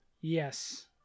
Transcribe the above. Yes